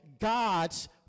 God's